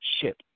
ship